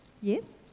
Yes